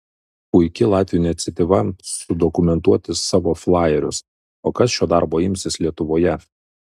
puiki latvių iniciatyva sudokumentuoti savo flajerius o kas šio darbo imsis lietuvoje